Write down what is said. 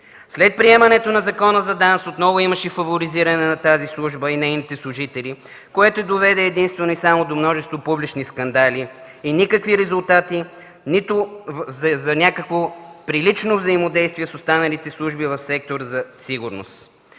След приемането на Закона за ДАНС отново имаше фаворизиране на тази служба и нейните служители, което доведе единствено и само до множество публични скандали и никакви резултати за едно прилично взаимодействие с останалите служби в сектора за сигурност.